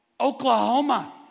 Oklahoma